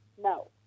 No